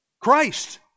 Christ